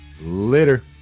Later